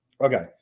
Okay